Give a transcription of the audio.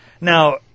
Now